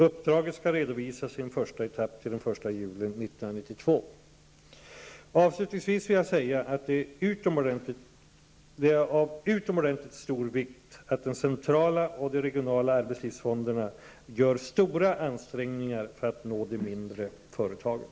Uppdraget skall redovisas i en första etapp till den Avslutningsvis vill jag säga att det är av utomordentligt stor vikt att den centrala och de regionala arbetslivsfonderna gör stora ansträngningar för att nå de mindre företagen.